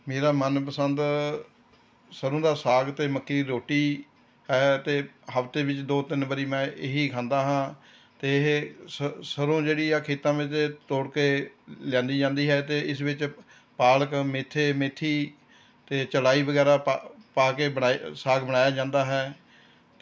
ਮੇਰਾ ਮਨਪਸੰਦ ਸਰ੍ਹੋਂ ਦਾ ਸਾਗ ਅਤੇ ਮੱਕੀ ਦੀ ਰੋਟੀ ਹੈ ਅਤੇ ਹਫ਼ਤੇ ਵਿੱਚ ਦੋ ਤਿੰਨ ਵਾਰੀ ਮੈਂ ਇਹੀ ਖਾਂਦਾ ਹਾਂ ਅਤੇ ਇਹ ਸ ਸਰ੍ਹੋਂ ਜਿਹੜੀ ਆ ਖੇਤਾਂ ਵਿੱਚ ਤੋੜ ਕੇ ਲਿਆਉਂਦੀ ਜਾਂਦੀ ਹੈ ਅਤੇ ਇਸ ਵਿੱਚ ਪਾਲਕ ਮੇਥੇ ਮੇਥੀ ਅਤੇ ਚਲਾਈ ਵਗੈਰਾ ਪਾ ਪਾ ਕੇ ਬਣਾਏ ਸਾਗ ਬਣਾਇਆ ਜਾਂਦਾ ਹੈ